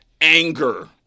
anger